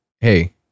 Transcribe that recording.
hey